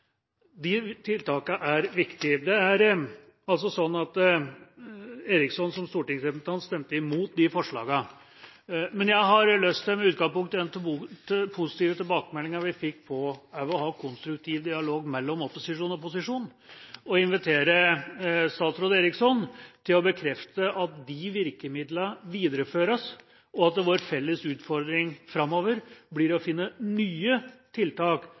De tiltakene er viktige. Det er altså sånn at statsråd Eriksson som stortingsrepresentant stemte imot disse forslagene. Men jeg har lyst til, med utgangspunkt i den positive tilbakemeldingen vi fikk på også å ha konstruktiv dialog mellom opposisjon og posisjon, å invitere statsråd Eriksson til å bekrefte at disse virkemidlene videreføres, og at vår felles utfordring framover blir å finne nye tiltak